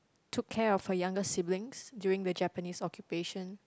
took care of her younger siblings during the Japanese occupation